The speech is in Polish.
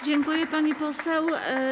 Dziękuję, pani poseł.